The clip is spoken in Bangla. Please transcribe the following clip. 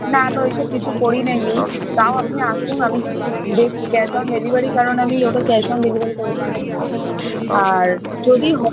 না আমি ওই সব কিছু করি না ইউস তাও আপনি আসুন আমি দেখছি ক্যাশ অন ডেলিভারি কারণ আমি ওটা ক্যাশ অন ডেলিভারি করেছিলাম আর যদি হয়